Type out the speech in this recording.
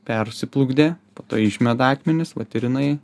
persiplukdė po to išmeta akmenis vat ir jinai